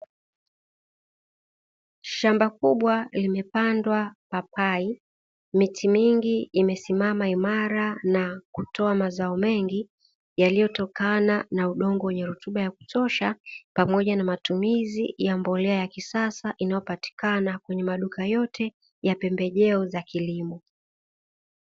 Shamba kubwa limepandwa papai, miti mingi imesimama imara na kutoa mazao mengi yaliyotokana na udongo wenye rutuba ya kutosha pamoja na matumizi ya mbolea ya kisasa inayopatikana kwenye maduka yote ya pembejeo za kilimo.